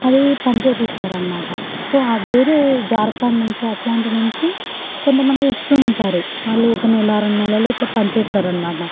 అది పని చేపిస్తారనమాట సో ఆ వేరే జార్ఖండ్ నుంచి అట్లాంటి నుంచి కొంతమంది వస్తూ ఉంటారు వాళ్ళు ఒక నెల రెండు నెలల ఇట్లా పని చేస్తారనమాట